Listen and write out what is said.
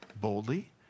boldly